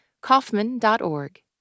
Kaufman.org